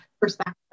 perspective